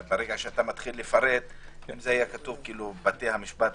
אם היה כתוב בתי המשפט